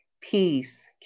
peace